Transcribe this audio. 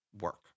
work